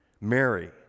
Mary